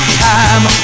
time